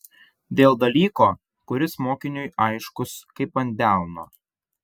dėl dalyko kuris mokiniui aiškus kaip ant delno